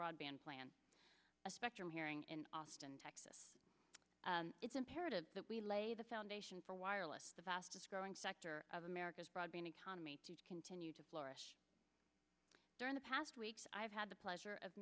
broadband plan a spectrum hearing in austin texas it's imperative that we lay the foundation for wireless the fastest growing sector of america's broadband economy to continue to flourish during the past weeks i have had the pleasure of